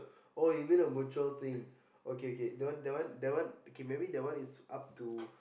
oh you mean a mutual thing okay K that one that one that one okay maybe that one is up to